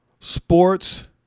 sports